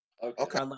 Okay